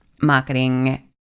marketing